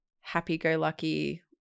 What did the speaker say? happy-go-lucky